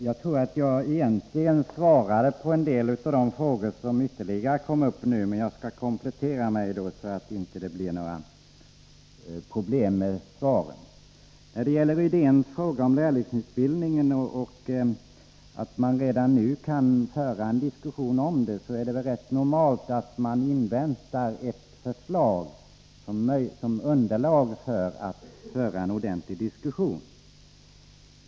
Fru talman! Jag tror att jag svarade på en del av de frågor som ytterligare kom upp, men jag skall komplettera för att det inte skall bli några problem. Rune Rydén frågar om lärlingsutbildningen och om man inte redan nu kan föra en diskussion om den. Men det är väl rätt normalt att man inväntar ett förslag som underlag för att föra en ordentlig diskussion.